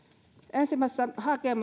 ensimmäisessä